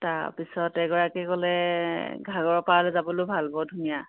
তাৰ পিছত এগৰাকীয়ে ক'লে ঘাগৰ পাৰলৈয়ো যাবলৈও ভাল বৰ ধুনীয়া